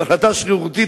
בהחלטה שרירותית,